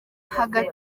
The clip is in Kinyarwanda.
hagati